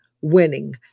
Winning